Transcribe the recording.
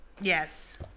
Yes